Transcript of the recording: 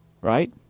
right